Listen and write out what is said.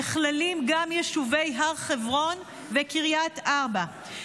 נכללים גם יישובי הר חברון וקריית ארבע.